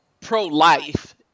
pro-life